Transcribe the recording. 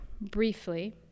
briefly